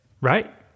right